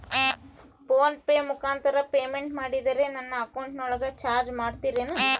Phone pay ಮುಖಾಂತರ payment ಮಾಡಿದರೆ ನನ್ನ ಅಕೌಂಟಿನೊಳಗ ಚಾರ್ಜ್ ಮಾಡ್ತಿರೇನು?